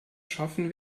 schaffen